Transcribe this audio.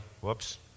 whoops